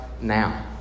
now